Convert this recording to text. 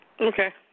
Okay